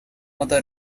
other